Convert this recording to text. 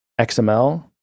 XML